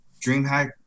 DreamHack